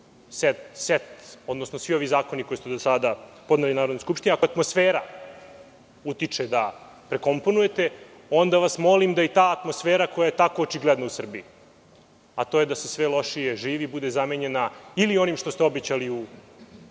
set, odnosno svi ovi zakoni koje ste do sada podneli Narodnoj skupštini. Ako je atmosfera takva da utiče da prekomponujete, onda vas molim da i ta atmosfera koja je tako očigledna u Srbiji, a to je da se sve lošije živi, bude zamenjena ili onim što ste obećali u izbornoj